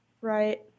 Right